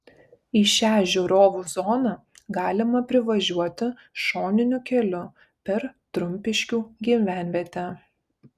į šią žiūrovų zoną galima privažiuoti šoniniu keliu per trumpiškių gyvenvietę